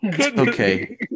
Okay